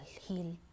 heal